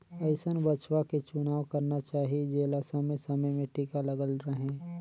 अइसन बछवा के चुनाव करना चाही जेला समे समे में टीका लगल रहें